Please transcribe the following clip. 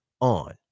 on